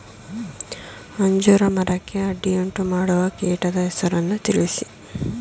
ಅಂಜೂರ ಮರಕ್ಕೆ ಅಡ್ಡಿಯುಂಟುಮಾಡುವ ಕೀಟದ ಹೆಸರನ್ನು ತಿಳಿಸಿ?